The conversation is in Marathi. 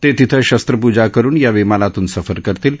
ते तिथं शस्त्रपूजा करुन या विमानातून सफर करतील